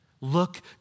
Look